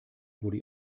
wurde